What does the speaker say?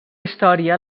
història